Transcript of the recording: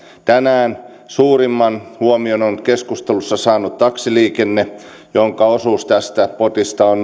tänään suurimman huomion on keskustelussa saanut taksiliikenne jonka osuus tästä potista on